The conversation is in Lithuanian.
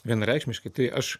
vienareikšmiškai tai aš